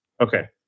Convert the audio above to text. Okay